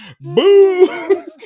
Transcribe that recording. Boo